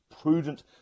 prudent